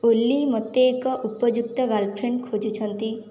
ଓଲି ମୋତେ ଏକ ଉପଯୁକ୍ତ ଗର୍ଲଫ୍ରେଣ୍ଡ ଖୋଜୁଛନ୍ତି